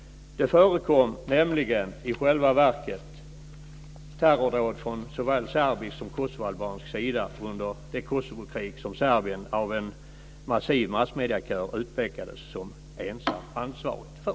Det förekom nämligen i själva verket terrordåd från såväl serbisk som kosovoalbansk sida under det Kosovokrig som Serbien av en massiv massmediekör utpekades som ensamt ansvarig för.